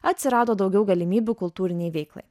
atsirado daugiau galimybių kultūrinei veiklai